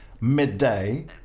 midday